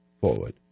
forward